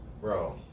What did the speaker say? bro